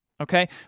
Okay